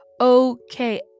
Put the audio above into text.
okay